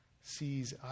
sees